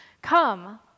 Come